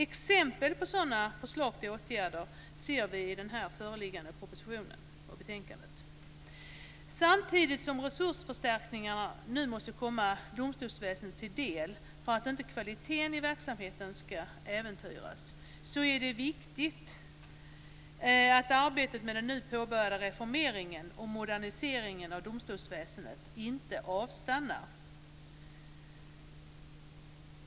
Exempel på sådana förslag till åtgärder ser vi i den föreliggande propositionen och i betänkandet. Samtidigt som resursförstärkningarna måste komma domstolsväsendet till del för att inte kvaliteten i verksamheten ska äventyras, är det viktigt att arbetet med den nu påbörjade reformeringen och moderniseringen av domstolsväsendet inte avstannar.